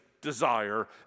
desire